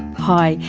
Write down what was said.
hi,